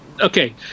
Okay